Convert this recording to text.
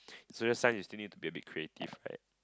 social science you still need to be a bit creative right